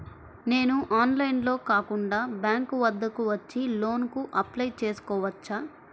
నేను ఆన్లైన్లో కాకుండా బ్యాంక్ వద్దకు వచ్చి లోన్ కు అప్లై చేసుకోవచ్చా?